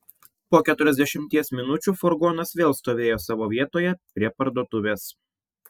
po keturiasdešimties minučių furgonas vėl stovėjo savo vietoje prie parduotuvės